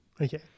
Okay